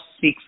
six